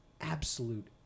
absolute